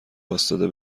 واستاده